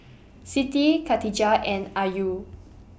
Siti Katijah and Ayu